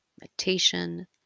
meditation